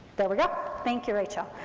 there we go, thank you, rachel.